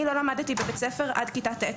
אני לא למדתי בבית ספר עד כתה ט'.